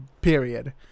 period